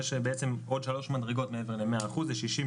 יש עוד שלוש מדרגות מעבר ל-100 אחוזים - 60,